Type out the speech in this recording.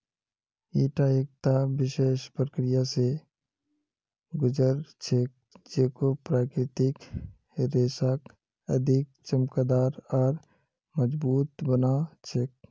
ईटा एकता विशेष प्रक्रिया स गुज र छेक जेको प्राकृतिक रेशाक अधिक चमकदार आर मजबूत बना छेक